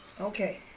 Okay